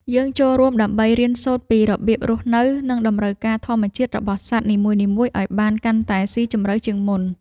យើងចូលរួមដើម្បីរៀនសូត្រពីរបៀបរស់នៅ និងតម្រូវការធម្មជាតិរបស់សត្វនីមួយៗឱ្យបានកាន់តែស៊ីជម្រៅជាងមុន។